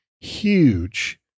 huge